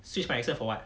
switch my accent for what